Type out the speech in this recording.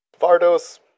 Vardo's